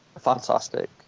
fantastic